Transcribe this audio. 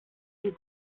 hier